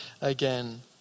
again